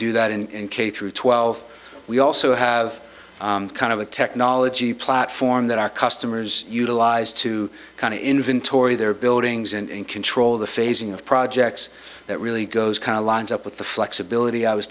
do that and k through twelve we also have kind of a technology platform that our customers utilize to kind of inventory their buildings and control the phasing of projects that really goes kind of lines up with the flexibility i was